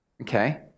Okay